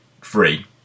free